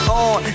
on